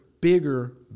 bigger